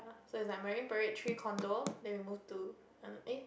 it's like Marine-Parade three condo then we move to eh